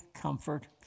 comfort